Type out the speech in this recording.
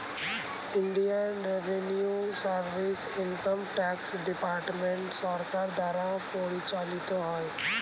Indian revenue service income tax department সরকার দ্বারা পরিচালিত হয়